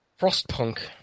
Frostpunk